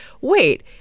wait